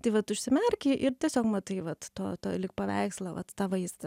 tai vat užsimerki ir tiesiog matai vat to to lyg paveikslą vat tą vaizdą